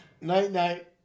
Night-night